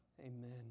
Amen